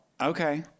Okay